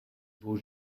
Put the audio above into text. beau